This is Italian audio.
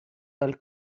dal